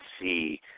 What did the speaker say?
see